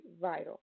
vital